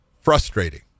frustrating